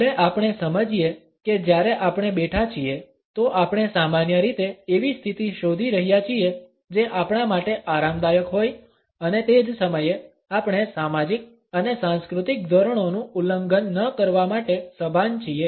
ભલે આપણે સમજીએ કે જ્યારે આપણે બેઠા છીએ તો આપણે સામાન્ય રીતે એવી સ્થિતિ શોધી રહ્યા છીએ જે આપણા માટે આરામદાયક હોય અને તે જ સમયે આપણે સામાજિક અને સાંસ્કૃતિક ધોરણોનું ઉલ્લંઘન ન કરવા માટે સભાન છીએ